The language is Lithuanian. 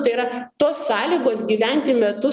tai yra tos sąlygos gyventi metu